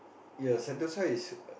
ya sentosa is